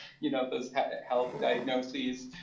you know those health diagnoses.